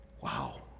Wow